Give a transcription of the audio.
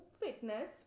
fitness